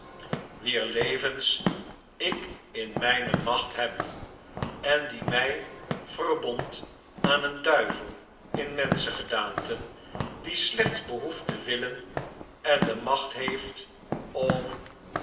zoo levens jk in mijne macht heb en die mij verbond aan een duivel in menschengedaante die slechts behoeft te willen en de macht heeft om